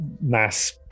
mass